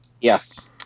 Yes